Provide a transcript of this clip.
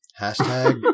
Hashtag